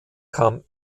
kam